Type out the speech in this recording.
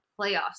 playoffs